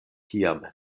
kiam